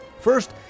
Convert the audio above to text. First